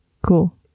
Cool